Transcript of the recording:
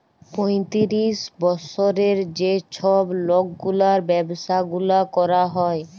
পঁয়তিরিশ বসরের যে ছব লকগুলার ব্যাবসা গুলা ক্যরা হ্যয়